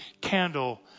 candle